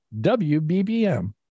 WBBM